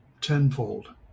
tenfold